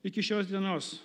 iki šios dienos